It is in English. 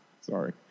Sorry